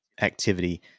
activity